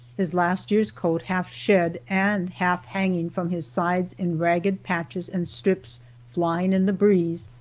his last year's coat half shed and half hanging from his sides in ragged patches and strips flying in the breeze,